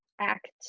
act